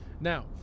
Now